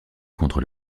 contre